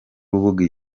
rubuga